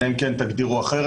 אלא אם כן תגדירו אחרת,